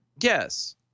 Yes